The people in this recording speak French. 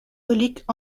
reliques